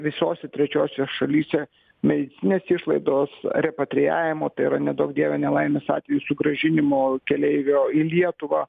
visose trečiosiose šalyse medicininės išlaidos repatrijavimo tai yra neduok dieve nelaimės atveju sugrąžinimo keleivio į lietuvą